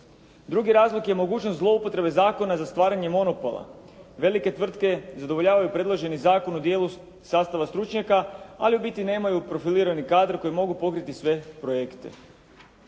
Drugi razlog je mogućnost zloupotrebe zakona za stvaranjem monopola. Velike tvrtke zadovoljavaju predloženi zakon u djelu sastava stručnjaka, ali u biti nemaju profilirani kadar koji mogu pokriti sve projekte.